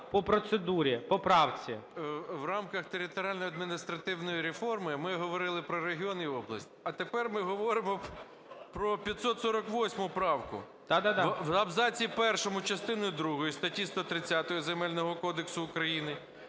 В рамках територіально-адміністративної реформи ми говорили про регіон і область, а тепер ми говоримо про 548 правку. В абзаці першому частини другої статті 130 Земельного кодексу України